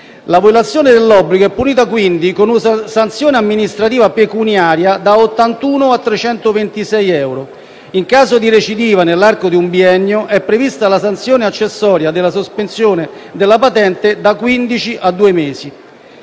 La violazione dell'obbligo è punita quindi con una sanzione amministrativa pecuniaria da 81 a 326 euro. In caso di recidiva nell'arco di un biennio, è prevista la sanzione accessoria della sospensione della patente da quindici